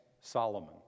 Solomon